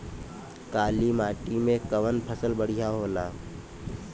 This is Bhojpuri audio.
काली माटी मै कवन फसल बढ़िया होला?